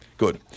Good